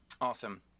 Awesome